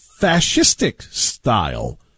fascistic-style